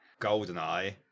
GoldenEye